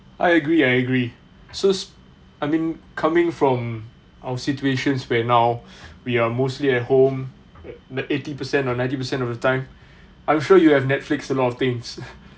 I agree I agree so I mean coming from our situations where now we are mostly at home the eighty percent or ninety percent of the time I'm sure you have netflix a lot of things